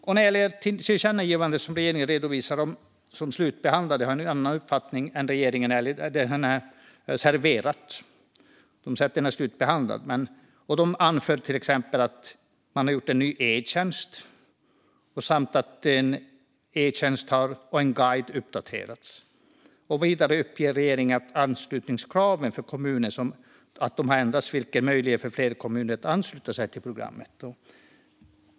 När det gäller de tillkännagivanden som regeringen redovisar som slutbehandlade har jag en annan uppfattning än regeringen om det som gäller Serverat. Regeringen anser att detta tillkännagivande är slutbehandlat och anför till exempel att en ny e-tjänst införts samt att en e-tjänst och en guide uppdaterats. Vidare uppger regeringen att anslutningskraven för kommuner har ändrats, vilket möjliggör för fler kommuner att ansluta sig till programmet.